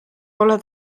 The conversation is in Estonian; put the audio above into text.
pole